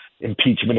impeachment